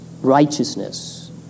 righteousness